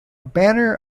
banner